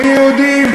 מיהודים,